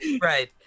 Right